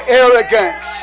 arrogance